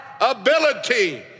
ability